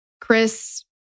Chris